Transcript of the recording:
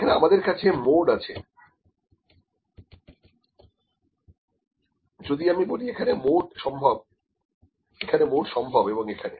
এখানে আমাদের কাছে মোড আছে যদি আমি বলি এখানে মোড সম্ভব এখানে মোড সম্ভব এবং এখানে